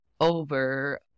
over